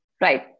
Right